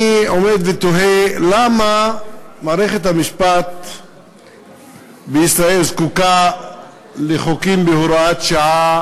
אני עומד ותוהה למה מערכת המשפט בישראל זקוקה לחוקים בהוראת שעה